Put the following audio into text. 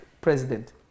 president